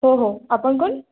हो हो आपण कोण